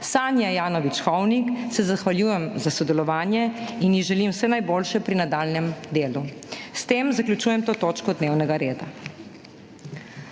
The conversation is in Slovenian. Sanji Ajanović Hovnik se zahvaljujem za sodelovanje in ji želim vse najboljše pri nadaljnjem delu. S tem zaključujem to točko dnevnega reda.